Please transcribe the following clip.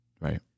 Right